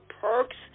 perks